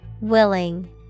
Willing